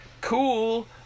cool